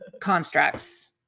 constructs